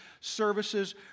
services